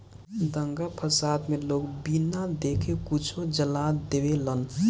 दंगा फसाद मे लोग बिना देखे कुछो जला देवेलन